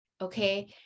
okay